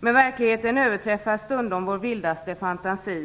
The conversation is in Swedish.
Men verkligheten överträffar stundom vår vildaste fantasi.